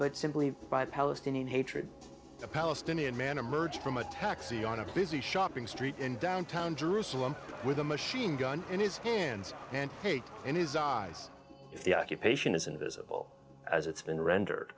but simply by palestinian hatred a palestinian man emerged from a taxi on a busy shopping street in downtown jerusalem with a machine gun in his hands and in his eyes if the occupation is invisible as it's been rendered